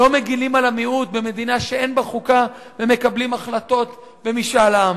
לא מגינים על המיעוט במדינה שאין בה חוקה ומקבלים החלטות במשאל עם.